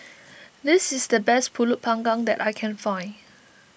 this is the best Pulut Panggang that I can find